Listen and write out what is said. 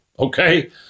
Okay